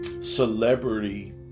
celebrity